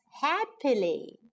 happily